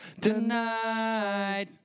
tonight